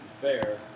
fair